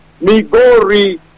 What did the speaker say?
Migori